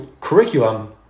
curriculum